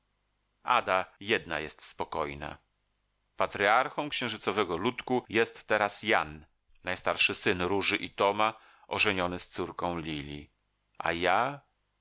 ada jedna jest spokojna patryarchą księżycowego ludku jest teraz jan najstarszy syn róży i toma ożeniony z córką lili a ja